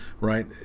right